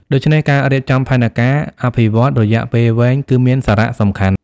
ដូច្នេះ ការរៀបចំផែនការអភិវឌ្ឍន៍រយៈពេលវែងគឺមានសារៈសំខាន់។